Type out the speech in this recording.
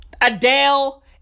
Adele